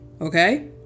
Okay